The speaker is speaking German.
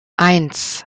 eins